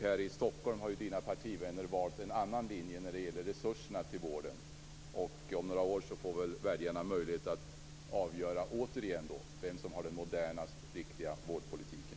Här i Stockholm har ju Leif Carlsons partivänner valt en annan linje när det gäller resurserna till vården. Om några år får väl väljarna återigen möjlighet att avgöra vem som för den modernaste och riktigaste vårdpolitiken.